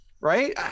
right